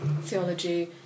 theology